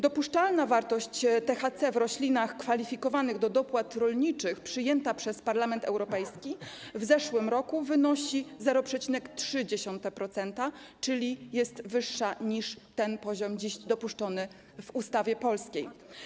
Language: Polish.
Dopuszczalna wartość THC w roślinach kwalifikowanych do dopłat rolniczych przyjęta przez Parlament Europejski w zeszłym roku wynosi 0,3%, czyli jest wyższa niż poziom dopuszczony dziś w ustawie polskiej.